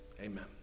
Amen